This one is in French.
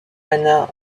anna